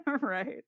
Right